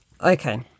Okay